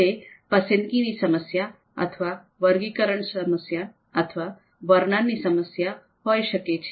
તે પસંદગીની સમસ્યા અથવા વર્ગીકરણ સમસ્યા અથવા વર્ણનની સમસ્યા હોઈ શકે છે